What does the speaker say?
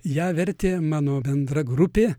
ją vertė mano bendragrupė